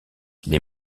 les